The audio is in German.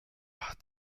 hat